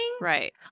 Right